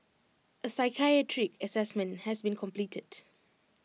A psychiatric Assessment has been completed